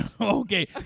Okay